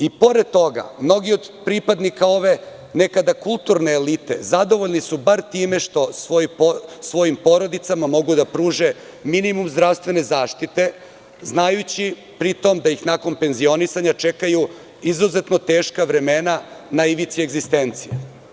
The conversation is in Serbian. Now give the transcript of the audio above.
I pored toga mnogi od pripadnika ove nekada kulturne elite zadovoljni su bar time što svojim porodicama mogu da pruže minimum zdravstvene zaštite, znajući pri tom da ih nakon penzionisanja čekaju izuzetno teška vremena na ivici egzistencije.